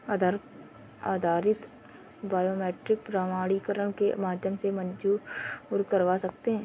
आधार आधारित बायोमेट्रिक प्रमाणीकरण के माध्यम से मंज़ूर करवा सकते हैं